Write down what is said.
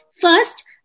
First